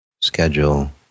schedule